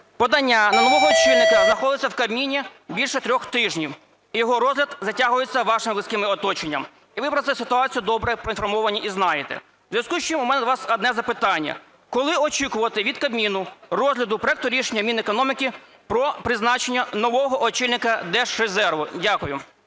Подання на нового очільника знаходиться в Кабміні більше трьох тижнів, і його розгляд затягується вашим близьким оточенням, і ви про цю ситуацію добре проінформовані і знаєте. У зв'язку з чим у мене до вас одне запитання: коли очікувати від Кабміну розгляду проекту рішення Мінекономіки про призначення нового очільника Держрезерву? Дякую.